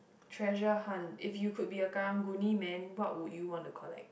treasure hunt if you could be a Karang-Guni man what would you want to collect